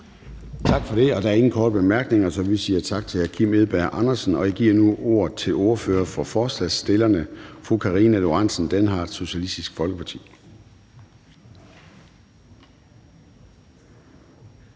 Gade): Der er ingen korte bemærkninger, så vi siger tak til hr. Kim Edberg Andersen. Og jeg giver nu ordet til ordføreren for forslagsstillerne, fru Karina Lorentzen Dehnhardt, Socialistisk Folkeparti.